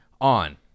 on